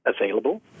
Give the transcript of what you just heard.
available